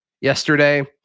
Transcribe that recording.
yesterday